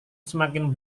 semakin